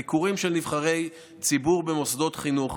ביקורים של נבחרי ציבור במוסדות חינוך